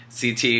CT